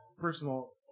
personal